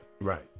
Right